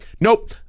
nope